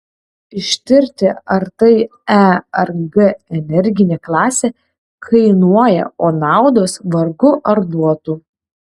ištirti ar tai e ar g energinė klasė kainuoja o naudos vargu ar duotų